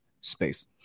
space